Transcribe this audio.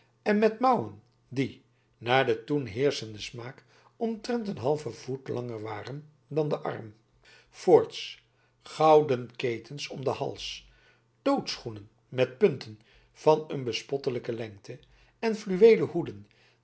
en met mouwen die naar den toen heerschenden smaak omtrent een halven voet langer waren dan de arm voorts gouden ketens om den hals tootschoenen met punten van een bespottelijke lengte en fluweelen hoeden